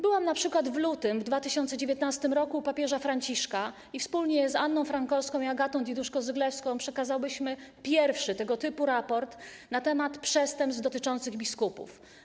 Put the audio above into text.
Byłam np. w lutym 2019 r. u papieża Franciszka i wspólnie z Anną Frankowską i Agatą Diduszko-Zyglewską przekazałyśmy pierwszy tego typu raport na temat przestępstw dotyczących biskupów.